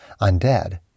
Undead